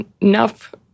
enough